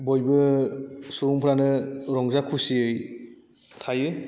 बयबो सुबुंफ्रानो रंजा खुसियै थायो